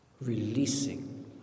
Releasing